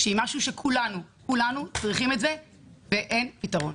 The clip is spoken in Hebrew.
שזה דבר שכולנו צריכים ואין פתרון.